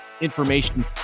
information